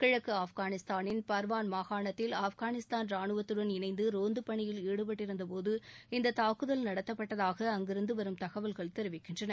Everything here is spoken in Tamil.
கிழக்கு ஆஃப்கானிஸ்தானின் பா்வான் மாகாணத்தில் ஆஃப்கானிஸ்தான் ரானுவத்துடன் இணைந்து ரோந்துப் பணியில் ஈடுபட்டிருந்தபோது இந்த தாக்குதல் நடத்தப்பட்டதாக அங்கிருந்து வரும் தகவல்கள் தெரிவிக்கின்றன